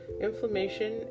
inflammation